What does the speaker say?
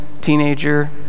teenager